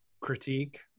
critique